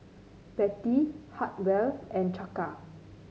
Bettie Hartwell and Chaka